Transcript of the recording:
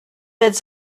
êtes